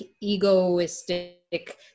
egoistic